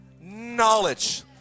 knowledge